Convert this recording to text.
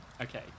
Okay